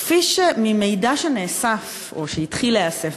ממידע שנאסף, או שהתחיל להיאסף